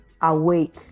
awake